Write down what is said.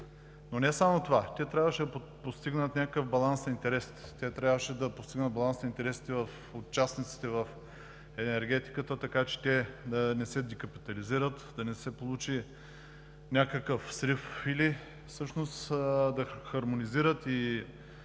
Но не само това, те трябваше да постигнат някакъв баланс на интересите си. Трябваше да постигнат баланс на интересите на участниците в енергетиката, така че те да не се декапитализират, да не се получи някакъв срив или да хармонизират и да балансират